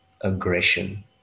aggression